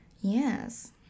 Yes